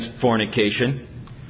fornication